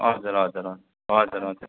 हजुर हजुर हजुर हजुर हजुर